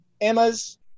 Emma's